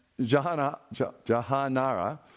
Jahanara